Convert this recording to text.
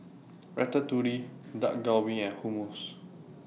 Ratatouille Dak Galbi and Hummus